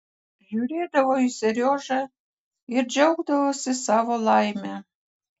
žiūrėdavo į seriožą ir džiaugdavosi savo laime